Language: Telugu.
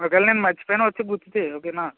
ఒకవేళ నేను మర్చిపోయినా వచ్చి గుర్తు చేయి ఓకేనా